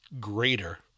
greater